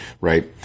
right